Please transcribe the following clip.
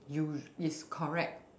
usu~ is correct